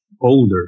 older